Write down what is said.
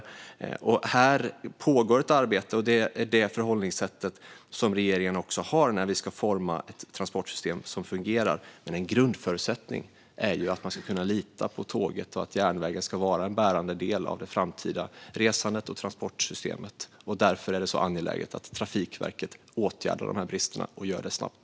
Här pågår ett arbete, och detta är det förhållningssätt regeringen har när det gäller att utforma ett transportsystem som fungerar. Men en grundförutsättning är ju att man ska kunna lita på tåget och att järnvägen ska vara en bärande del av det framtida resandet och transportsystemet. Därför är det mycket angeläget att Trafikverket åtgärdar dessa brister - och gör det snabbt.